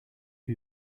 who